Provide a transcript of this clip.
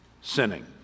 sinning